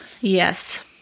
Yes